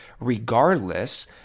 regardless